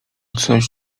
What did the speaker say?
coś